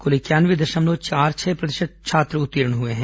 क्ल इंक्यानवे दशमलव चार छह प्रतिशत छात्र उत्तीर्ण हुए हैं